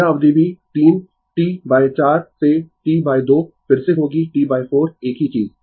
यह अवधि भी 3 T 4 T 2 फिर से होगी T 4 एक ही चीज